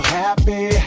happy